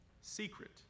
secret